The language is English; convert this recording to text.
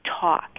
talk